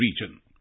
region